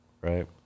right